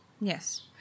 Yes